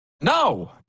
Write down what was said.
No